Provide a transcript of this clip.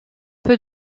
peu